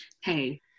hey